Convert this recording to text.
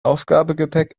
aufgabegepäck